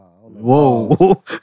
Whoa